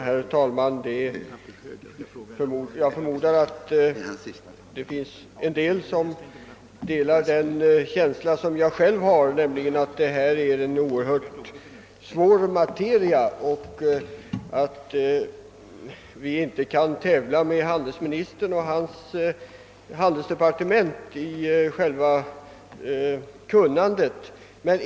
Herr talman! Jag förstår att det finns en del människor som delar min känsla av att detta frågekomplex är oerhört svårt och att vi inte kan tävla med handelsministern och hans departement då det gäller sakkunskapen.